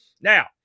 Now